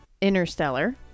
interstellar